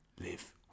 live